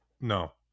No